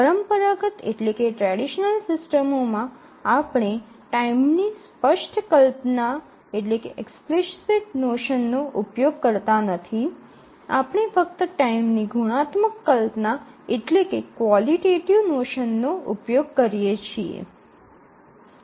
પરંપરાગત સિસ્ટમોમાં આપણે ટાઇમની સ્પષ્ટ કલ્પના નો ઉપયોગ કરતા નથી આપણે ફક્ત ટાઇમની ગુણાત્મક કલ્પના નો ઉપયોગ કરીએ છીએ